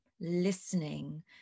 listening